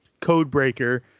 Codebreaker